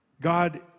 God